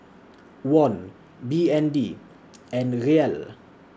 Won B N D and Riyal